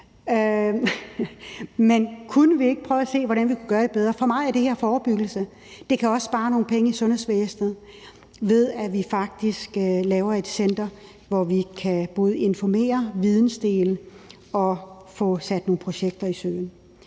men kunne vi ikke prøve at se på, hvordan vi kunne gøre det bedre. For mig er det her forebyggelse. Det kan også spare nogle penge i sundhedsvæsenet, ved at vi faktisk laver et center, hvor vi kan både informere, vidensdele og få sat nogle projekter i søen.